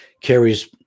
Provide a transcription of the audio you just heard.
carries